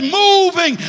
moving